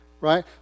right